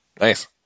Nice